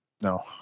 No